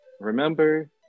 remember